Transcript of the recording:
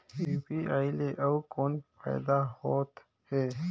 UPI ले अउ कौन फायदा होथ है?